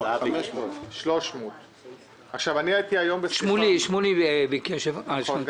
איציק שמולי ביקש להתייחס לזה.